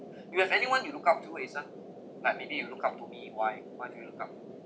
you have anyone you look up to eason like maybe you look up to me why do you look up